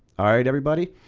alright, everybody,